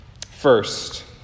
First